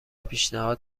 پیشنهاد